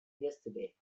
yesterday